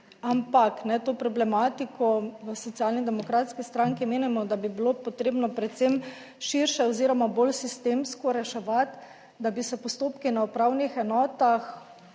ampak to problematiko v socialni demokratski stranki menimo, da bi bilo potrebno predvsem širše oziroma bolj sistemsko reševati, da bi se postopki na upravnih enotah